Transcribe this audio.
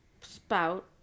spout